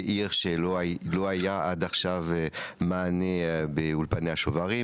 מניח שלא היה עד עכשיו מענה באולפני השוברים,